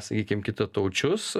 sakykim kitataučius